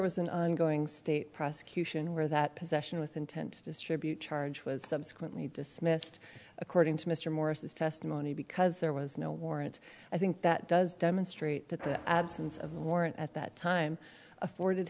was an ongoing state prosecution where that possession with intent to distribute charge was subsequently dismissed according to mr morris his testimony because there was no warrant i think that does demonstrate that the absence of warrant at that time afforded